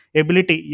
ability